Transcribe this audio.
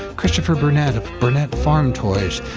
christopher burnett of burnett farm toys,